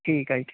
ਠੀਕ ਆ ਜੀ ਠੀ